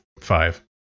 five